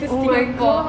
oh my god